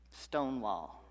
Stonewall